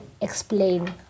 explain